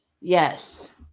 Yes